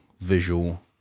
visual